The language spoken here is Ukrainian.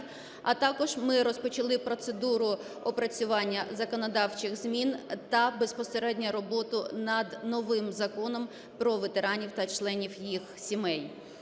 А також ми розпочали процедуру опрацювання законодавчих змін та безпосередньо роботу над новим Законом про ветеранів та членів їх сімей.